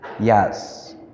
yes